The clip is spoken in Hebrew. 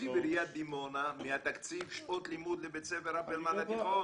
מתקציב עיריית דימונה שעות לימוד לבית ספר "אפלמן" התיכון.